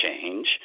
change